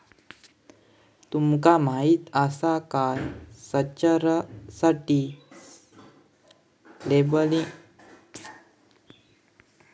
तुमका माहीत आसा काय?, संचारासाठी लेबलिंग आवश्यक आसा